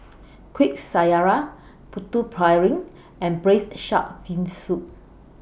Kuih Syara Putu Piring and Braised Shark Fin Soup